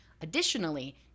Additionally